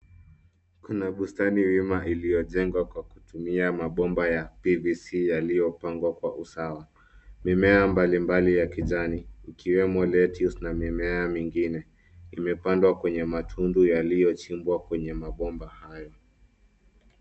Kuna bustani wima iliyojengwa kwa kutumia mabomba ya PVC yaliyo pangwa kwa usawa. Mimea mbali mbali ya kijani ikiwemo lettuce , na mimea mingine, imepandwa kwenye matundu yaliyochimbwa kwenye mabomba hayo.